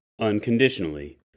unconditionally